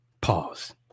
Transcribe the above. pause